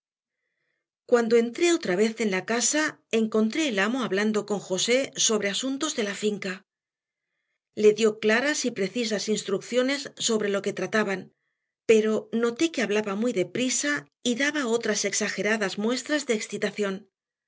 cuando entré otra vez en la casa encontré el amo hablando con josé sobre asuntos de la finca le dio claras y precisas instrucciones sobre lo que trataban pero noté que hablaba muy deprisa y daba otras exageradas muestras de excitación